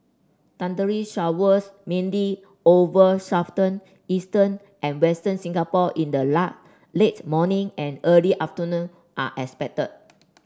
thundery showers mainly over southern eastern and western Singapore in the late morning and early afternoon are expected